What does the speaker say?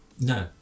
no